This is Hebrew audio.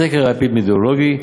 הסקר האפידמיולוגי,